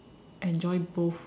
enjoy both